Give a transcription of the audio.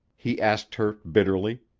he asked her bitterly.